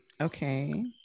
okay